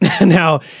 Now